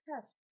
test